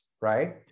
right